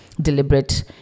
deliberate